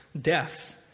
death